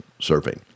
Surfing